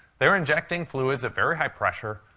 they're injecting fluids at very high pressure,